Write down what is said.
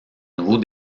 nouveau